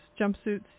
jumpsuits